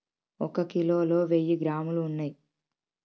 ఒక కిలోలో వెయ్యి గ్రాములు ఉన్నయ్